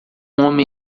homem